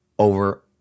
over